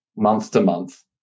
month-to-month